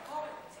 על ציפורי.